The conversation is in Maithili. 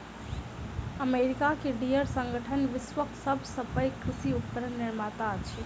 अमेरिका के डियर संगठन विश्वक सभ सॅ पैघ कृषि उपकरण निर्माता अछि